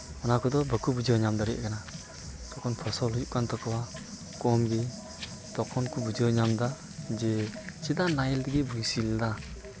ᱚᱱᱟ ᱠᱚᱫᱚ ᱵᱟᱠᱚ ᱵᱩᱡᱷᱟᱹᱣ ᱧᱟᱢ ᱫᱟᱲᱮᱭᱟᱜ ᱠᱟᱱᱟ ᱡᱚᱠᱷᱚᱱ ᱯᱷᱚᱥᱚᱞ ᱦᱩᱭᱩᱜ ᱠᱟᱱ ᱛᱟᱠᱚᱣᱟ ᱠᱚᱢᱜᱮ ᱛᱚᱠᱷᱚᱱ ᱠᱚ ᱵᱩᱡᱷᱟᱹᱣ ᱧᱟᱢᱫᱟ ᱡᱮ ᱪᱮᱫᱟᱜ ᱱᱟᱦᱮᱞ ᱛᱮᱜᱮ ᱵᱟᱹᱧ ᱥᱤ ᱞᱮᱫᱟ